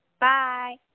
Bye